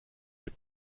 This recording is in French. les